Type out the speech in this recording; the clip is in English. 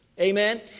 Amen